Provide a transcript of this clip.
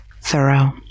thorough